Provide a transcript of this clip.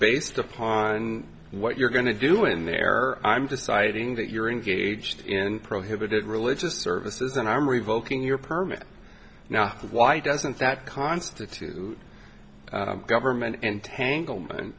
based upon what you're going to do in there i'm just citing that you're engaged in prohibited religious services and i'm revoking your permit now why doesn't that constitute government entangle